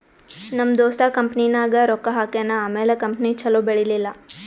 ನಮ್ ದೋಸ್ತ ಕಂಪನಿನಾಗ್ ರೊಕ್ಕಾ ಹಾಕ್ಯಾನ್ ಆಮ್ಯಾಲ ಕಂಪನಿ ಛಲೋ ಬೆಳೀಲಿಲ್ಲ